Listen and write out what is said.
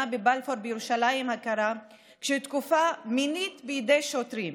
בבלפור בירושלים הקרה כשהותקפה מינית בידי שוטרים.